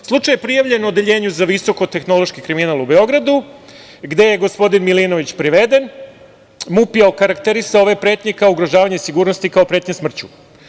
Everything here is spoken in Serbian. Slučaj je prijavljen Odeljenju za visoko-tehnološki kriminal u Beogradu, gde je gospodin Milinović priveden, MUP je okarakterisao ove pretnje kao ugrožavanje sigurnosti, kao pretnje smrću.